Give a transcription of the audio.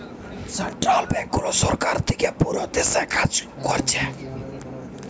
central ব্যাংকগুলো সরকার থিকে পুরো দেশে কাজ কোরছে